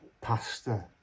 pasta